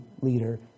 leader